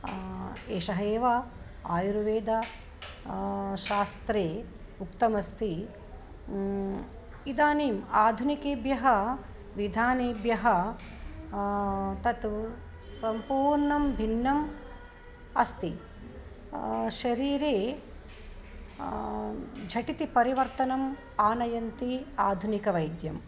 एषः एव अयुर्वेद शास्त्रे उक्तमस्ति इदानीम् आधुनिकेभ्यः विधानेभ्यः ततु संपूर्णं भिन्नम् अस्ति शरीरे झटिति परिवर्तनम् आनयन्ति आधुनिकवैद्यं